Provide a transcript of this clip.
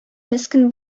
мескен